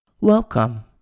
Welcome